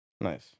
Nice